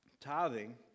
tithing